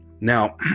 Now